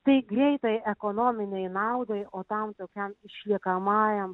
tai greitai ekonominei naudai o tam tokiam išliekamajam